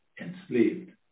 enslaved